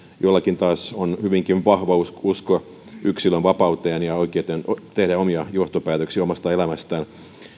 joillakin taas on hyvinkin vahva usko usko yksilön vapauteen ja oikeuteen tehdä omia johtopäätöksiä omasta elämästään